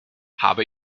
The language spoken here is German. habe